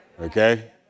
okay